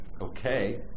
okay